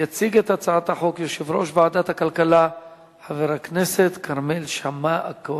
יציג את הצעת החוק יושב-ראש ועדת הכלכלה חבר הכנסת כרמל שאמה-הכהן.